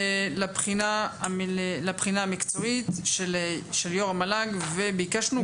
הצפי לבחינה מקצועית של יו"ר המל"ג וביקשנו גם.